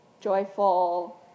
joyful